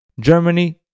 Germany